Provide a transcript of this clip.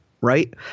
right